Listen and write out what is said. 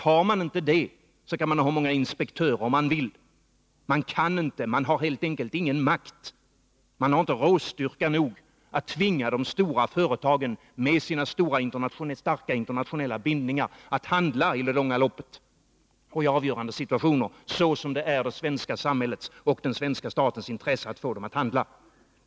Har man inte det, då må man ha hur många inspektörer som helst, men man har helt enkelt ingen makt, inte råstyrka nog att tvinga de stora företagen med deras starka internationella bindningar att i det långa loppet och i avgörande situationer handla så som de i det svenska samhällets och den svenska statens intresse skall handla.